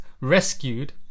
Rescued